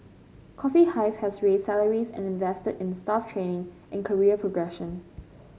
Coffee Hive has raise salaries and invested in staff training and career progression